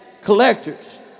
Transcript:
collectors